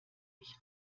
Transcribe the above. mich